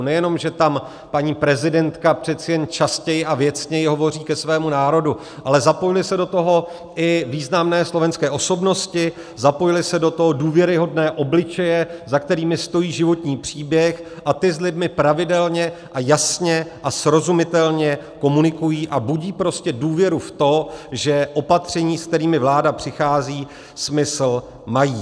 Nejenom že tam paní prezidentka přece jen častěji a věcněji hovoří ke svému národu, ale zapojily se do toho i významné slovenské osobnosti, zapojily se do toho důvěryhodné obličeje, za kterými stojí životní příběh, a ty s lidmi pravidelně a jasně a srozumitelně komunikují a budí prostě důvěru v to, že opatření, se kterými vláda přichází, smysl mají.